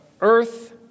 earth